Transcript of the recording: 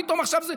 פתאום עכשיו זה,